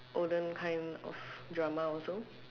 olden kind of drama also